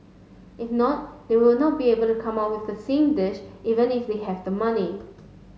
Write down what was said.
if not they will not be able to come up with the same dish even if they have the money